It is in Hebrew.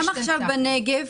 גם עכשיו בנגב,